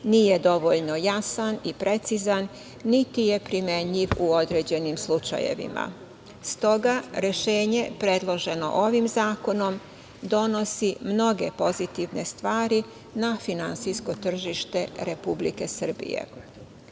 nije dovoljno jasan i precizan, niti je primenjiv u određenim slučajevima. Stoga rešenje predloženo ovim zakonom donosi mnoge pozitivne stvari na finansijsko tržište Republike Srbije. Naime,